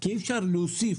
כי אי אפשר להוסיף